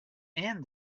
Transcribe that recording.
and